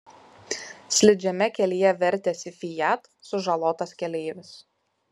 slidžiame kelyje vertėsi fiat sužalotas keleivis